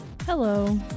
Hello